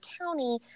county